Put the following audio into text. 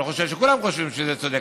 אני לא חושב שכולם חושבים שזה צודק,